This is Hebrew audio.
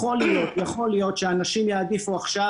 יכול להיות שאנשים יעדיפו עכשיו,